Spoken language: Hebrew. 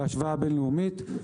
בהשוואה בין-לאומית.